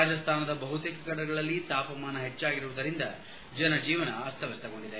ರಾಜಸ್ಥಾನದ ಬಹುತೇಕ ಕಡೆಗಳಲ್ಲಿ ತಾಪಮಾನ ಹೆಚ್ಚಾಗಿರುವುದರಿಂದ ಜನಜೀವನ ಅಸ್ತವಸ್ತಗೊಂಡಿದೆ